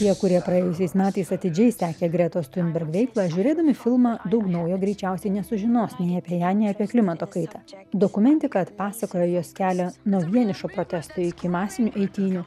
tie kurie praėjusiais metais atidžiai sekė gretos tiunberg veiklą žiūrėdami filmą daug naujo greičiausiai nesužinos nei apie ją nei apie klimato kaitą dokumentika atpasakoja jos kelią nuo vienišo protesto iki masinių eitynių